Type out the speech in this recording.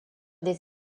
des